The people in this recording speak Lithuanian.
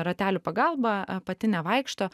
ratelių pagalba a pati nevaikšto